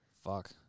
Fuck